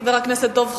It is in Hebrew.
חבר הכנסת דב חנין,